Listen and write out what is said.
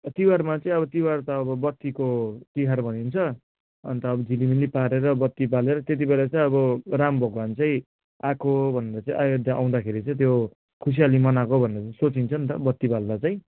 तिहारमा चाहिँ अब तिहार त अब बत्तीको तिहार भनिन्छ अन्त अब झिलिमिली पारेर बत्ती बालेर त्यति बेला चाहिँ अब राम भगवान चाहिँ आएको भनेर चाहिँ अयोद्धा आउँदाखेरि चाहिँ त्यो खुसियाली मनाएको भनेर चाहिँ सोचिन्छ नि त बत्ती बाल्दा चाहिँ